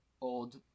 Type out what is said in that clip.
old